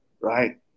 Right